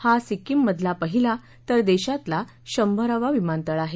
हा सिक्किममधला पहिला तर देशातला शंभरावा विमानतळ आहे